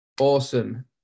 awesome